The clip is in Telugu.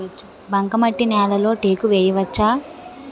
బంకమట్టి నేలలో టేకు వేయవచ్చా?